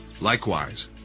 Likewise